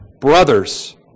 brothers